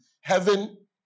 heaven